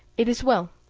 it is well,